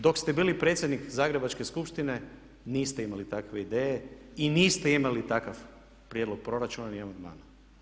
Dok ste bili predsjednik zagrebačke Skupštine niste imali takve ideje i niste imali takav prijedlog proračuna ni amandmana.